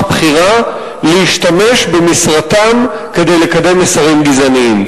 בכירה להשתמש במשרתם כדי לקדם מסרים גזעניים.